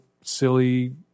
silly